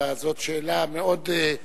זאת שאלה מאוד,